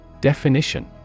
Definition